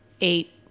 eight